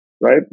right